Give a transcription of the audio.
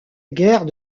guerre